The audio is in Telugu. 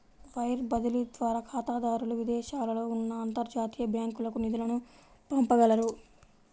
వైర్ బదిలీ ద్వారా ఖాతాదారులు విదేశాలలో ఉన్న అంతర్జాతీయ బ్యాంకులకు నిధులను పంపగలరు